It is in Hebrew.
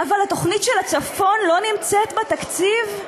אבל התוכנית של הצפון לא נמצאת בתקציב?